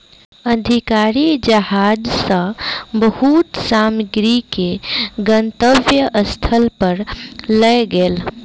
अधिकारी जहाज सॅ बहुत सामग्री के गंतव्य स्थान पर लअ गेल